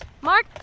Mark